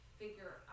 figure